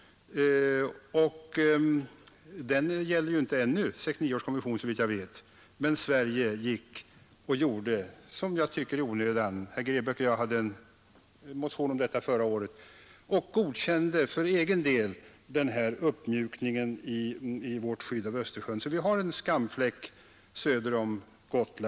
Den gäller, såvitt jag vet, inte ännu, men Sverige godkände för egen del den här uppmjukningen av vårt skydd i Östersjön. Herr Grebäck och jag motionerade i den frågan förra året; vi ansåg att Sverige i onödan gjorde detta godkännande på förhand. Det innebär att det nu åter finns en ”skamfläck” i Östersjön söder om Gotland.